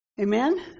Amen